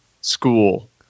school